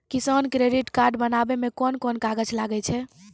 किसान credit card बनाबै मे कोन कोन कागज लागै छै?